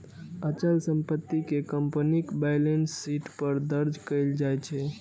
अचल संपत्ति कें कंपनीक बैलेंस शीट पर दर्ज कैल जाइ छै